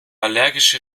allergische